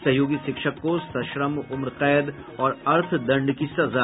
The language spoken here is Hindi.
सहयोगी शिक्षक को सश्रम उम्र कैद और अर्थदंड की सजा